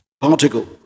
Particle